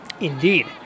Indeed